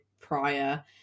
prior